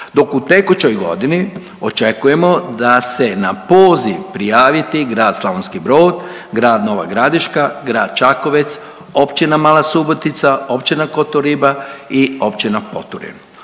dok u tekućoj godini očekujemo da se na poziv prijaviti grad Slavonski Brod, grad Nova Gradiška, grad Čakovec, općina Mala Subotica, općina Kotoriba i općina …/Govornik